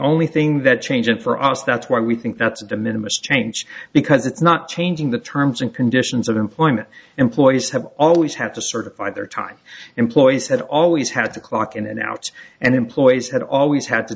only thing that changed for us that's why we think that's a de minimus change because it's not changing the terms and conditions of employment employees have always have to certify their time employees had always had to clock in and out and employees had always had to